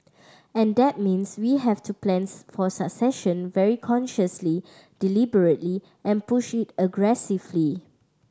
and that means we have to plans for succession very consciously deliberately and push it aggressively